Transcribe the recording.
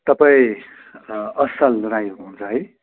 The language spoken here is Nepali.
तपाईँ असल राई हुनुहुन्छ है